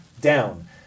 down